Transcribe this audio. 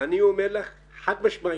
אני אומר לך חד משמעית,